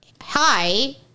hi